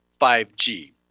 5G